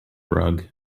rug